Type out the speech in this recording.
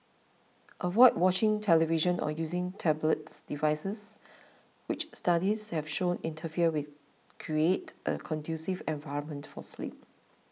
avoid watching television or using tablets devices which studies have shown interfere with create a conducive environment for sleep